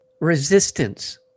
resistance